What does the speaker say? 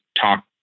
talk